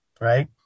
right